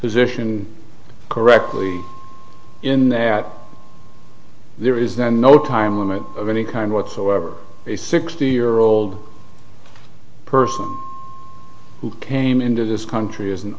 position correctly in there there is no time limit of any kind whatsoever a sixty year old person who came into this country as an